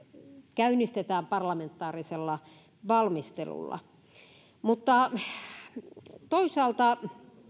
käynnistetään parlamentaarisella valmistelulla toisaalta